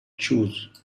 choose